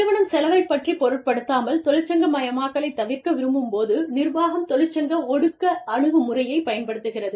நிறுவனம் செலவை பற்றி பொருட்படுத்தாமல் தொழிற்சங்கமயமாக்கலைத் தவிர்க்க விரும்பும் போது நிர்வாகம் தொழிற்சங்க ஒடுக்க அணுகுமுறையை பயன்படுத்துகிறது